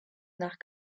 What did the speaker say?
nach